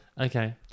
Okay